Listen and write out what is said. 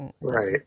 Right